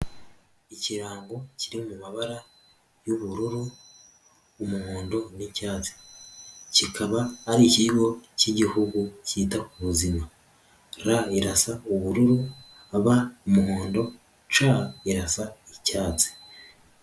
Ikirango kiri mu mabara y'ubururu, umuhondo n'icyatsi, kikaba ari ikigo cy'igihugu cyita ku buzima R irasa ubururu, B umuhondo, C irasa icyatsi.